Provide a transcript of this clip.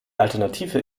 alternative